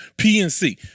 PNC